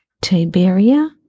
Tiberia